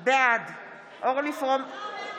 אמרתי: